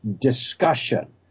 discussion